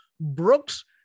Brooks